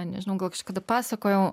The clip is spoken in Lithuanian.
nežinau gal kažkada pasakojau